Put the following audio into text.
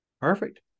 Perfect